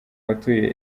batuye